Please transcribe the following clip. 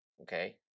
Okay